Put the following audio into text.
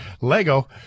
Lego